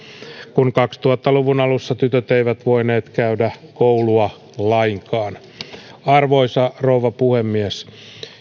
kun kaksituhatta luvun alussa tytöt eivät voineet käydä koulua lainkaan arvoisa rouva puhemies